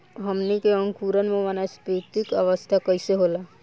हमन के अंकुरण में वानस्पतिक अवस्था कइसे होला?